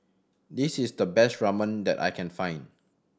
this is the best Ramyeon that I can find